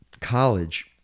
college